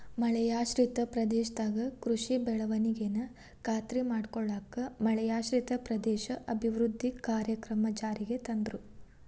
ಮಳೆಯಾಶ್ರಿತ ಪ್ರದೇಶದಾಗ ಕೃಷಿ ಬೆಳವಣಿಗೆನ ಖಾತ್ರಿ ಮಾಡ್ಕೊಳ್ಳಾಕ ಮಳೆಯಾಶ್ರಿತ ಪ್ರದೇಶ ಅಭಿವೃದ್ಧಿ ಕಾರ್ಯಕ್ರಮ ಜಾರಿಗೆ ತಂದ್ರು